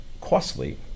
costly